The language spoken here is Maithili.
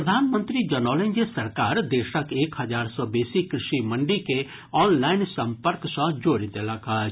प्रधानमंत्री जनौलनि जे सरकार देशक एक हजार सँ बेसी कृषि मंडी के ऑनलाईन संपर्क सँ जोड़ि देलक अछि